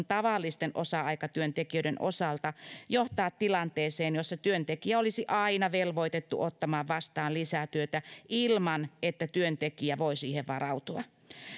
tavallisten osa aikatyöntekijöiden osalta johtaa tilanteeseen jossa työntekijä olisi aina velvoitettu ottamaan vastaan lisätyötä ilman että työntekijä voi siihen varautua